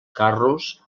carros